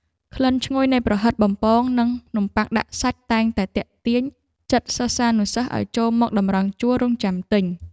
ក្លិនឈ្ងុយនៃប្រហិតបំពងនិងនំបុ័ងដាក់សាច់តែងតែទាក់ទាញចិត្តសិស្សានុសិស្សឱ្យចូលមកតម្រង់ជួររង់ចាំទិញ។